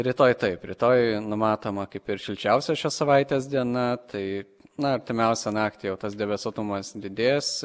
rytoj taip rytoj numatoma kaip ir šilčiausia šios savaitės diena tai na artimiausią naktį jau tas debesuotumas didės